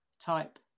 type